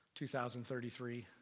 2033